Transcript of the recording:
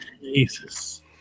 Jesus